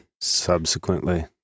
Subsequently